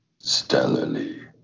stellarly